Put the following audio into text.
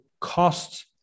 cost